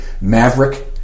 maverick